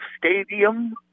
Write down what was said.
Stadium